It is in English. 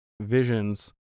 visions